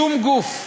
שום גוף,